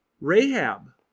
Rahab